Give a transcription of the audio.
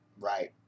Right